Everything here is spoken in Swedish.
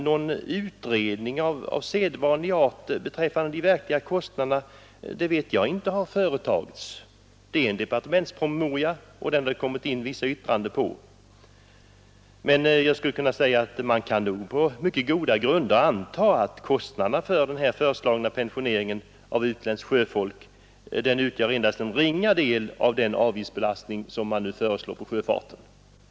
Någon utredning av sedvanlig art beträffande de verkliga kostnaderna har såvitt jag vet inte företagits. Det föreligger en departementspromemoria, och det har kommit in vissa yttranden över den. Man kan emellertid på mycket goda grunder anta att kostnaderna för den föreslagna pensioneringen av utländskt sjöfolk utgör endast en ringa del av den avgiftsbelastning som nu föreslås för sjöfarten.